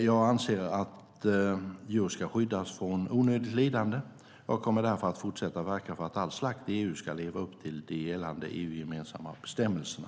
Jag anser att djur ska skyddas från onödigt lidande, och jag kommer därför att fortsätta verka för att all slakt i EU ska leva upp till de gällande EU-gemensamma bestämmelserna.